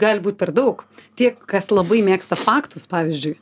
gali būt per daug tie kas labai mėgsta faktus pavyzdžiui